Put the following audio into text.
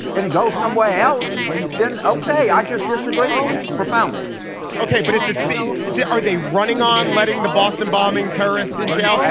and go somewhere else then ok. i just disagree with that profoundly ok. but it's a c. are they running on letting the boston bombing terrorist in jail.